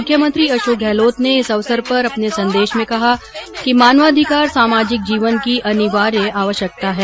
मुख्यमंत्री अशोक गहलोत ने इस अवसर परअपने संदेश में कहा कि मानवाधिकार सामाजिक जीवन की अनिवार्य आवश्यकता है